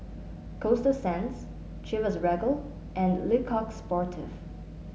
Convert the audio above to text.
Coasta Sands Chivas Regal and Le Coq Sportif